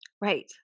Right